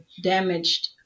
damaged